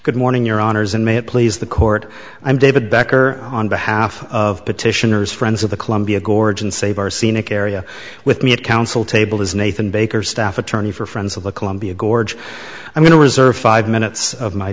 good morning your honour's and may it please the court i'm david becker on behalf of petitioners friends of the columbia gorge and save our scenic area with me at counsel table is nathan baker staff attorney for friends of the columbia gorge i'm going to reserve five minutes of my